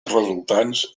resultants